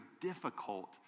difficult